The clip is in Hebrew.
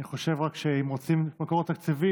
אני רק חושב שאם רוצים מקור תקציבי,